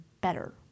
better